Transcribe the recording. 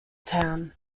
town